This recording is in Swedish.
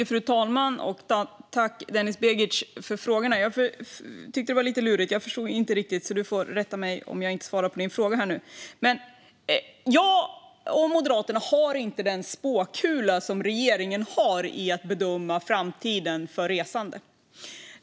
Fru talman! Tack, Denis Begic, för frågorna! Jag tyckte att det var lite lurigt och förstod inte riktigt, så du får rätta mig om jag inte svarar på frågorna. Jag och Moderaterna har inte den spåkula som regeringen har för att bedöma framtiden för resande.